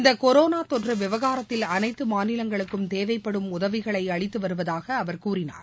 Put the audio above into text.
இந்த கொரோனா தொற்று விவகாரத்தில் அனைத்து மாநிலங்களுக்கும் தேவைப்படும் உதவிகளை அளித்து வருவதாக அவர் கூறினார்